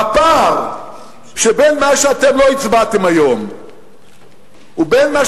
בפער שבין מה שאתם לא הצבעתם היום ובין מה